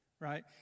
Right